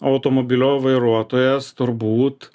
automobilio vairuotojas turbūt